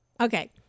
Okay